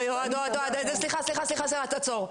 אוהד עצור.